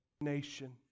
Nation